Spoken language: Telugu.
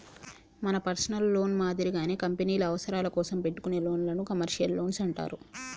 మన పర్సనల్ లోన్ మాదిరిగానే కంపెనీల అవసరాల కోసం పెట్టుకునే లోన్లను కమర్షియల్ లోన్లు అంటారు